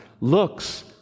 looks